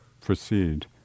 proceed